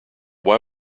why